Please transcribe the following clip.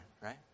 right